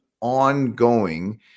ongoing